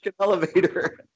elevator